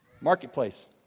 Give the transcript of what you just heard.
Marketplace